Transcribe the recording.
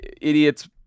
idiots